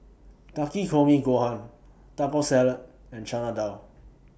Takikomi Gohan Taco Salad and Chana Dal